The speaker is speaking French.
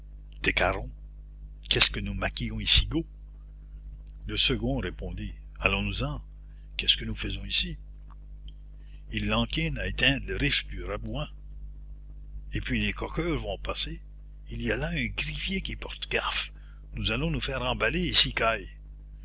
décarrons qu'est-ce que nous maquillons icigo le second répondit allons nous en qu'est-ce que nous faisons ici il lansquine à éteindre le riffe du rabouin et puis les coqueurs vont passer il y a là un grivier qui porte gaffe nous allons nous faire emballer icicaille